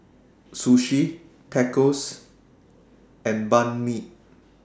Sushi Tacos and Banh MI